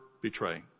betray